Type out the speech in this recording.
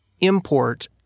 import